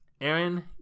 Aaron